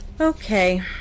Okay